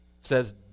says